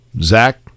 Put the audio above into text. Zach